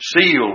sealed